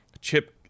chip